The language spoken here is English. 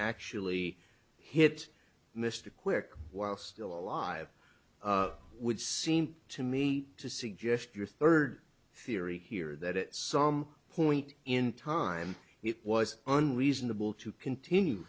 actually hit mr quick while still alive would seem to me to suggest your third theory here that at some point in time it was on reasonable to continue